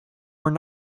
were